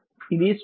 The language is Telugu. ఇది స్విచ్